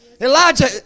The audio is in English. Elijah